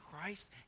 Christ